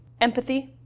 Empathy